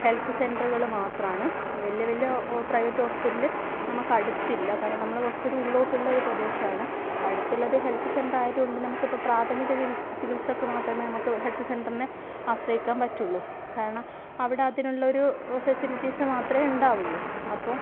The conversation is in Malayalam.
ഹെൽത്ത് സെൻ്ററുകൾ മാത്രമാണ് വലിയ വലിയ പ്രൈവറ്റ് ഹോസ്പിറ്റൽ നമുക്ക് അടുത്തില്ല കാരണം നമ്മൾ കുറച്ച് ഉള്ളിലോട്ടുള്ള ഒരു പ്രദേശമാണ് അപ്പോൾ അടുത്തുള്ളത് ഹെൽത്ത് സെൻ്റർ ആയതുകൊണ്ട് നമുക്കിപ്പം പ്രാഥമിക ചികിത്സക്ക് മാത്രമേ നമുക്ക് ഹെൽത്ത് സെൻ്റർ തന്നെ ആശ്രയിക്കാൻ പറ്റുകയുള്ളൂ കാരണം അവിടെ അതിനുള്ള ഒരു ഫെസിലിറ്റീസ് മാത്രമേ ഉണ്ടാവുകയുള്ളൂ അപ്പം